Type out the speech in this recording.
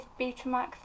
Betamax